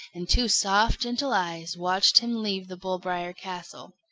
and two soft, gentle eyes watched him leave the bull-briar castle.